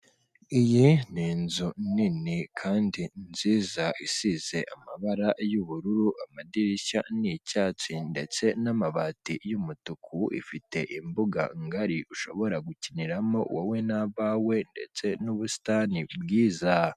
Iyi ni inzu nini kandi nziza isize amabara y'ubururu, amadirishya ni icyatsi ndetse n'amabati y'umutuku, ifite imbuga ngari ushobora gukiniramo wowe na bawe ndetse n'ubusitani bwiza.